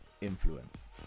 influence